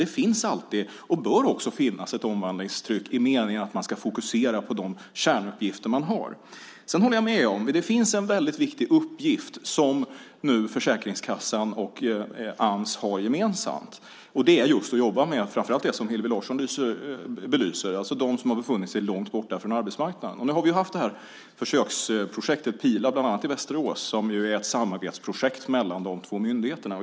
Det finns alltid, och bör också finnas, ett omvandlingstryck i meningen att man ska fokusera på de kärnuppgifter man har. Jag håller med om att det finns en väldigt viktig uppgift som Försäkringskassan och Ams nu har gemensamt. Det är just att jobba med det som framför allt Hillevi Larsson belyser. Det gäller då dem som befunnit sig långt borta från arbetsmarknaden. Vi har nu haft försöksprojektet Pila, bland annat i Västerås - ett samarbetsprojekt mellan de båda myndigheterna.